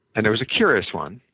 and it was a curious one